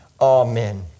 Amen